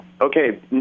okay